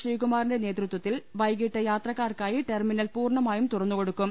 ശ്രീകുമാറിന്റെ നേതൃത്വത്തിൽ വൈകീട്ട് യാത്രക്കാർക്കായി ടെർമിനൽ പൂർണമായും തുറന്നു കൊടുക്കും